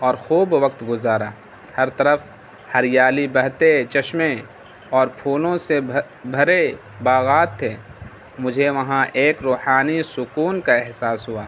اور خوب وقت گزارا ہر طرف ہریالی بہتے چشمے اور پونوں سےھر بھرے باغات تھے مجھے وہاں ایک روحانی سکون کا احساس ہوا